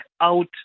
out